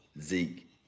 Zeke